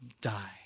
die